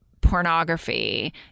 pornography